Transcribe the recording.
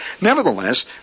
nevertheless